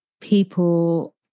people